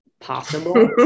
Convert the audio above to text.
possible